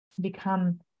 become